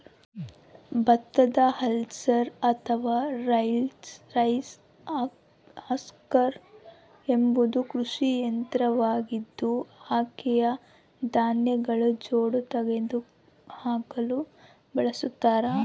ಭತ್ತದ ಹಲ್ಲರ್ ಅಥವಾ rice husker ಎಂಬುದು ಕೃಷಿ ಯಂತ್ರವಾಗಿದ್ದು, ಅಕ್ಕಿಯ ಧಾನ್ಯಗಳ ಜೊಂಡು ತೆಗೆದುಹಾಕಲು ಬಳಸತಾರ